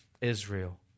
Israel